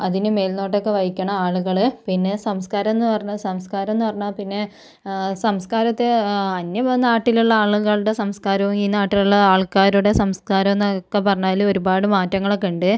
അതിനു മേൽനോട്ടമൊക്കെ വഹിക്കുന്ന ആളുകൾ പിന്നെ സംസ്കാരം എന്നു പറഞ്ഞാൽ സംസ്കാരം എന്നു പറഞ്ഞാൽ പിന്നെ സംസ്കാരത്തെ അന്യനാട്ടിലുള്ള ആളുകളുടെ സംസ്കാരവും ഈ നാട്ടിലുള്ള ആൾക്കാരുടെ സംസ്കാരമെന്നൊക്കെ പറഞ്ഞാൽ ഒരുപാട് മാറ്റങ്ങളൊക്കെ ഉണ്ട്